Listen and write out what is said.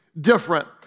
different